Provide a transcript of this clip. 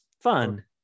fun